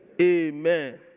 Amen